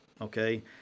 okay